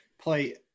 play